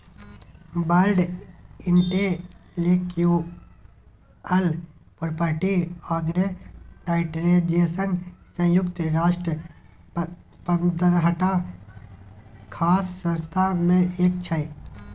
world intellectual property organization संयुक्त राष्ट्रक पंद्रहटा खास संस्था मे एक छै